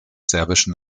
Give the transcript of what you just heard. serbischen